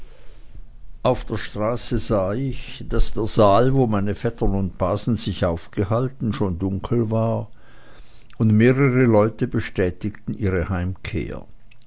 auf der straße sah ich daß der saal wo meine vettern und basen sich aufgehalten schon dunkel war und mehrere leute bestätigten ihre heimkehr